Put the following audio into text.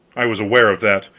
i was aware of that.